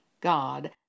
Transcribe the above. God